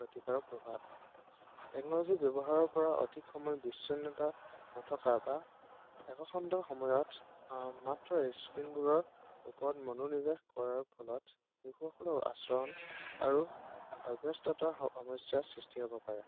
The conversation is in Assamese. ক্ষতিকাৰক প্ৰভাৱ টেকন'লজি ব্যৱহাৰৰ পৰা অধিক সময় বিচ্ছন্য়তা নথকা বা একখণ্ড সময়ত মাত্ৰ স্ক্ৰীণবোৰৰ ওপৰত মনোনিৱেশ কৰাৰ ফলত শিশুসকলৰ আচৰণ আৰু অভ্যস্ততাৰ সমস্যাৰ সৃষ্টি হ'ব পাৰে